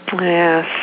Yes